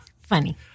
funny